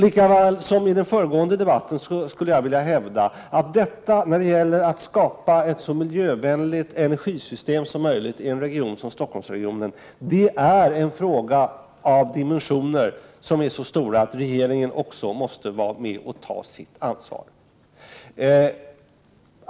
Lika väl som i den föregående debatten skulle jag vilja hävda att detta att skapa ett så miljövänligt energisystem som möjligt i en region som Stockholmsregionen är en fråga av så stora dimensioner att regeringen också måste vara med och ta sitt ansvar.